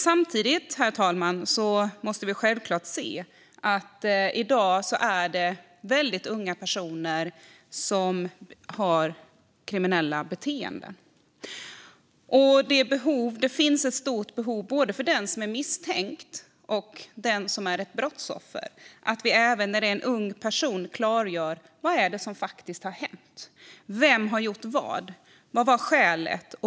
Samtidigt, herr talman, måste vi självklart se att det i dag finns väldigt unga personer med ett kriminellt beteende. Det finns ett stort behov hos både den som är misstänkt och den som är brottsoffer att vi klargör vad som faktiskt har hänt. Vem har gjort vad? Vad var skälet?